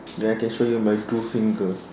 then I can show you my blue finger